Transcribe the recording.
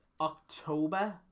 October